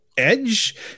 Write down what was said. Edge